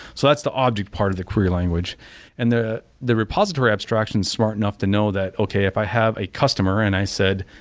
so that's the object part of the query language and the the repository abstraction is smart enough to know that, okay if i have a customer and i said,